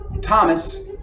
Thomas